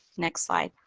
next slide.